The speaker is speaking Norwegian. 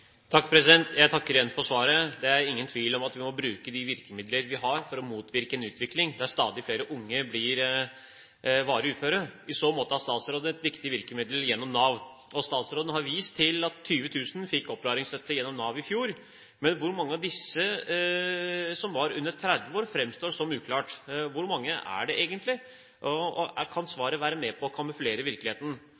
ingen tvil om at vi må bruke de virkemidler vi har, for å motvirke en utvikling der stadig flere unge blir varig uføre. I så måte har statsråden et viktig virkemiddel gjennom Nav. Statsråden har vist til at 20 000 fikk opplæringsstøtte gjennom Nav i fjor, men hvor mange av disse som var under 30 år, framstår som uklart. Hvor mange er det